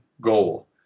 goal